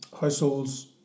households